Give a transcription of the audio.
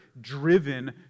driven